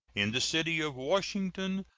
in the city of washington,